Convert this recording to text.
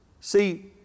See